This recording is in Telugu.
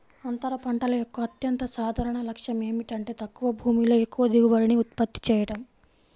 అంతర పంటల యొక్క అత్యంత సాధారణ లక్ష్యం ఏమిటంటే తక్కువ భూమిలో ఎక్కువ దిగుబడిని ఉత్పత్తి చేయడం